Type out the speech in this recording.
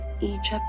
Egypt